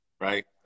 right